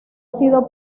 sido